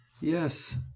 Yes